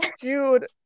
Dude